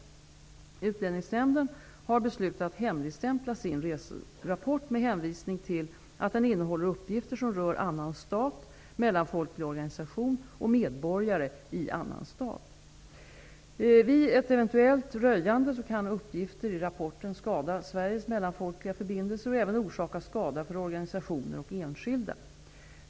Utlänningsnämnden har beslutat att hemligstämpla sin reserapport med hänvisning till att den innehåller uppgifter som rör annan stat, mellanfolklig organisation och medborgare i annan stat. Vid ett eventuellt röjande kan uppgifter i rapporten skada Sveriges mellanfolkliga förbindelser och även orsaka skada för organisationer och enskilda.